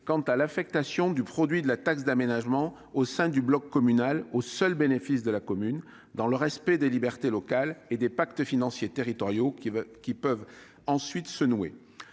quant à l'affectation du produit de la taxe d'aménagement au sein du bloc communal au seul bénéfice de la commune, dans le respect des libertés locales et des pactes financiers territoriaux qui peuvent ensuite se nouer.